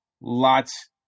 lots